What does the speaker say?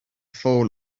fall